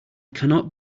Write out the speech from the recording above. cannot